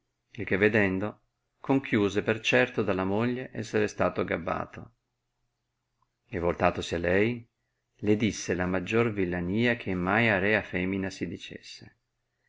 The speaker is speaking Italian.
il che vedendo conchiuse per certo dalla moglie esser stato gabbato e voltatosi a lei le disse la maggior villania che mai a rea femina si dicesse